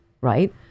right